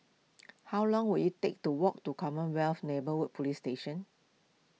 how long will it take to walk to Commonwealth Neighbourhood Police Station